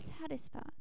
satisfied